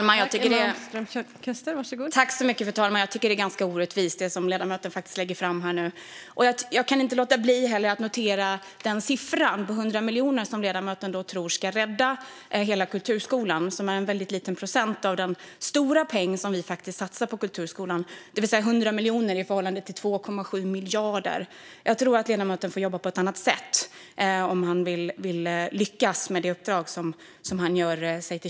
Fru talman! Jag tycker att det ledamoten lägger fram här är orättvist. Jag kan inte heller låta bli att notera den siffra på 100 miljoner som ledamoten tror ska rädda hela kulturskolan, som är en liten procent av den stora peng som vi faktiskt satsar på kulturskolan. Det är alltså fråga om 100 miljoner i förhållande till 2,7 miljarder. Jag tror att ledamoten får jobba på ett annat sätt om han vill lyckas med sitt uppdrag.